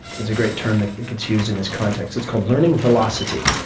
there's a great term that gets used in this context, it's called learning velocity,